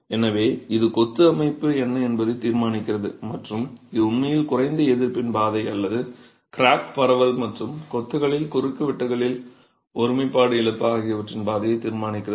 எனவே இது கொத்து அமைப்பு என்ன என்பதை தீர்மானிக்கிறது மற்றும் இது உண்மையில் குறைந்த எதிர்ப்பின் பாதை அல்லது கிராக் பரவல் மற்றும் கொத்துகளில் குறுக்குவெட்டுகளில் ஒருமைப்பாடு இழப்பு ஆகியவற்றின் பாதையை தீர்மானிக்கிறது